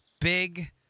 big